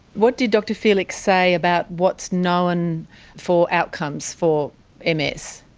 what did dr felix say about what's known for outcomes for ah ms?